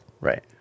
Right